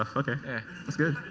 ah okay. that's good.